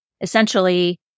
essentially